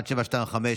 1725,